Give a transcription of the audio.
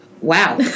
wow